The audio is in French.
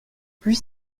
puis